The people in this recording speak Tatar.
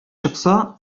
чыкса